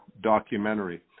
documentary